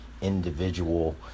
individual